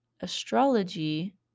astrology